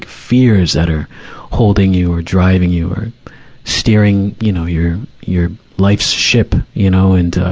fears that are holding you or driving you or steering, you know, your, your life's ship, you know. and, ah,